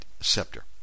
scepter